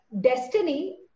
Destiny